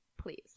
Please